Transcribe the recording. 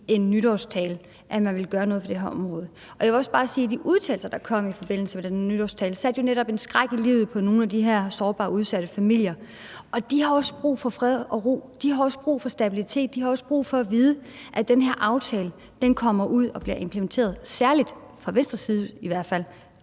sin nytårstale, at man ville gøre noget på det her område. Jeg vil også bare sige, at de udtalelser, der kom i forbindelse med den nytårstale, jo netop satte en skræk i livet på nogle af de her sårbare, udsatte familier, og de har også brug for fred og ro, de har også brug for stabilitet, de har også brug for at vide, at den her aftale kommer ud og bliver implementeret, særlig, fra Venstres side i hvert fald,